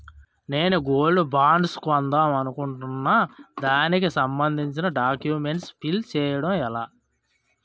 నేను gold bonds కొందాం అనుకుంటున్నా దానికి సంబందించిన డాక్యుమెంట్స్ ఫిల్ చేయడం ఎలా?